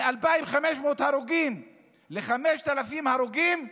מ-2,500 הרוגים ל-5,000 הרוגים,